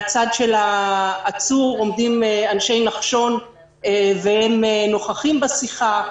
הצד של העצור אנשי נחשון והם נוכחים בשיחה,